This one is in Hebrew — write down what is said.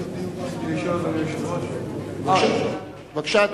רציתי לשאול, היושב-ראש, בבקשה, אדוני.